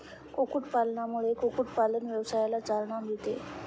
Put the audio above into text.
कुक्कुटपालनामुळे कुक्कुटपालन व्यवसायाला चालना मिळते